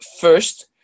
first